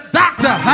doctor